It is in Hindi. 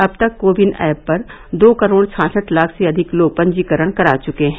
अब तक को विन ऐप पर दो करोड छाछठ लाख से अधिक लोग पंजीकरण करा चुके हैं